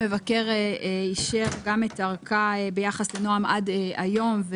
המבקר אישר גם את הארכה ביחס לנעם עד היום.